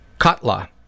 Katla